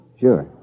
Sure